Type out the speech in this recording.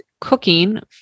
Cooking